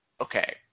Okay